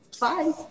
Bye